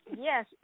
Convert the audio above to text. Yes